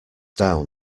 down